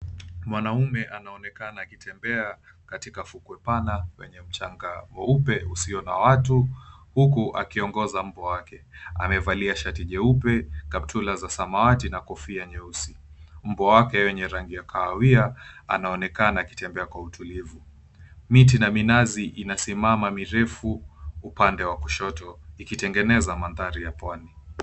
Mwanaume anaonekana akitembea katika fukwe pana wenye mchanga mweupe usio na watu huku akiongoza mbwa wake. Amevalia shati jeupe, kaptula za samawati na kofia nyeusi. Mbwa wake wenye rangi ya kahawia anaonekana akitembea kwa utulivu. Miti na minazi inasimama mirefu upande wa kushoto ikitengeneza mandhari ya pwani.